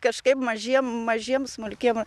kažkaip mažiem mažiem smulkiem